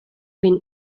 been